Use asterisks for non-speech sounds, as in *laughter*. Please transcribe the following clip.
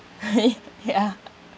*laughs* ya